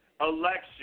election